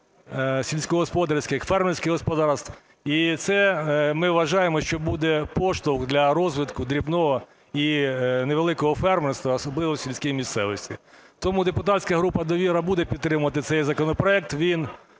сільськогосподарських, фермерських господарств і це ми вважаємо, що буде поштовх для розвитку дрібного і невеликого фермерства, особливо в сільській місцевості. Тому депутатська група "Довіра" буде підтримувати цей законопроект.